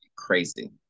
crazy